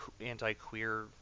anti-queer